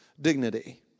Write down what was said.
dignity